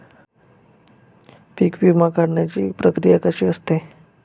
पीक विमा काढण्याची प्रक्रिया कशी असते?